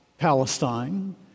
Palestine